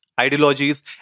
ideologies